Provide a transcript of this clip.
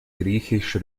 griechisch